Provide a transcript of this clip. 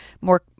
more